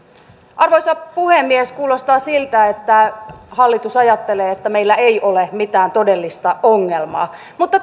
arvoisa puhemies kuulostaa siltä että hallitus ajattelee että meillä ei ole mitään todellista ongelmaa mutta